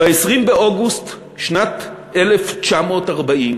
ב-20 באוגוסט שנת 1940,